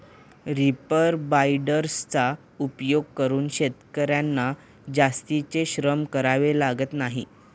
reaper बाइंडर्सचा उपयोग करून शेतकर्यांना जास्तीचे श्रम करावे लागत नाही